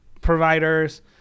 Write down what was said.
providers